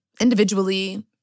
individually